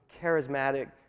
charismatic